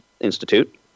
Institute